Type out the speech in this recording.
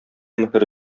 мөһер